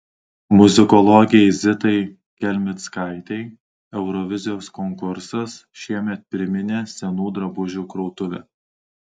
muzikologei zitai kelmickaitei eurovizijos konkursas šiemet priminė senų drabužių krautuvę